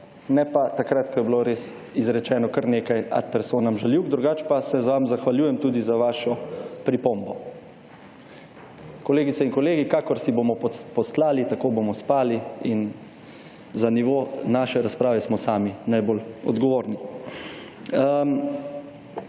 ne pa takrat, ko je bilo res izrečeno kar nekaj ad personam žaljivk. Drugače pa se vam zahvaljujem tudi za vašo pripombo. Kolegice in kolegi, kakor si bomo postlali, tako bomo spali in za nivo naše razprave smo sami najbolj odgovorni.